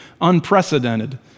unprecedented